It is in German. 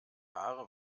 haare